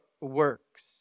works